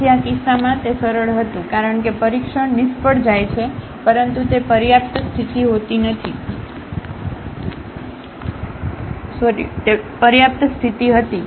તેથી આ કિસ્સામાં તે સરળ હતું કારણ કે પરીક્ષણ નિષ્ફળ જાય છે પરંતુ તે પર્યાપ્ત સ્થિતિ હતી